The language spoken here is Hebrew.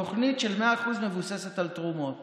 תוכנית ש-100% מבוססת על תרומות